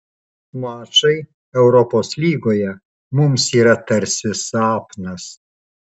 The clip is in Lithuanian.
mačai europos lygoje mums yra tarsi sapnas